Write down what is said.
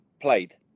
played